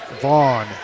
Vaughn